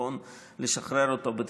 אז זה יהיה לא נכון לשחרר אותו בתחילת